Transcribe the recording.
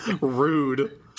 Rude